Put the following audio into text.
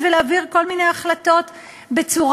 הוא מסביר לנו על המועדים, כמה הכנסת, או ועדת